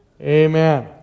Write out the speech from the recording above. Amen